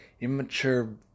immature